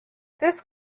this